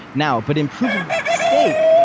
now, but in proof of stake,